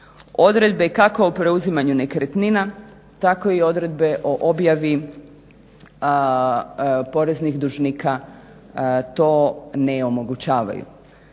Odredbe kako o preuzimanju nekretnina, tako i odredbe o objavi poreznih dužnika to ne omogućavaju.